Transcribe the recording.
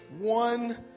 one